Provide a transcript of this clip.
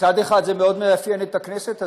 מצד אחד, זה מאוד מאפיין את הכנסת הזאת.